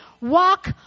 walk